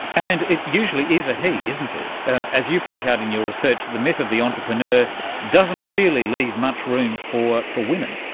and it usually is a he isn't it. as you point out in your research, the myth of the entrepreneur doesn't really leave much room for for women.